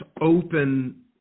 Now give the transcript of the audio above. open